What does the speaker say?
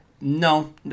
No